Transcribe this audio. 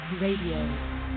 Radio